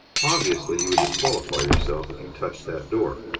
obviously you would disqualify yourself if you touched that door.